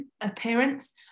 appearance